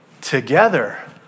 Together